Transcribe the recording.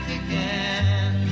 again